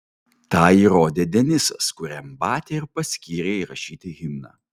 tą įrodė denisas kuriam batia ir paskyrė įrašyti himną